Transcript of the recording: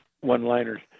one-liners